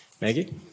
Maggie